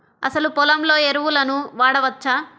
అసలు పొలంలో ఎరువులను వాడవచ్చా?